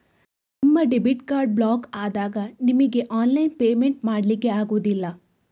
ನಿಮ್ಮ debit card block ಆದಾಗ ನಿಮಿಗೆ ಆನ್ಲೈನ್ ಪೇಮೆಂಟ್ ಮಾಡ್ಲಿಕ್ಕೆ ಆಗುದಿಲ್ಲ